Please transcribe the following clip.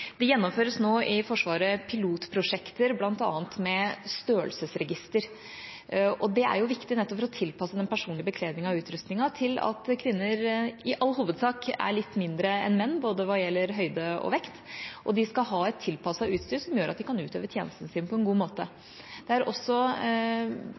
viktig nettopp for å tilpasse den personlige bekledninga og utrustninga til at kvinner i all hovedsak er litt mindre enn menn, både hva gjelder høyde og vekt. De skal ha et tilpasset utstyr som gjør at de kan utøve tjenesten sin på en god